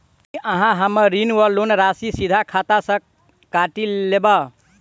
की अहाँ हम्मर ऋण वा लोन राशि सीधा खाता सँ काटि लेबऽ?